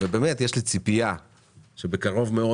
ובאמת יש לי ציפייה שבקרוב מאוד,